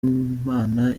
imana